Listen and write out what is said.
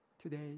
today